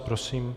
Prosím.